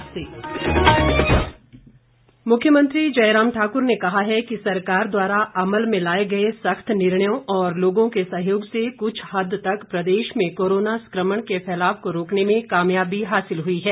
मुख्यमंत्री press conference मुख्यमंत्री जयराम ठाक्र ने कहा है कि सरकार द्वारा अमल में लाए गए सख्त निर्णयों और लोगों के सहयोग से कुछ हद तक प्रदेश में कोरोना संक्रमण के फैलाव को रोकने में कामयाबी हासिल हुई है